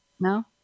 No